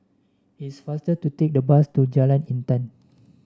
it's faster to take the bus to Jalan Intan